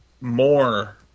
more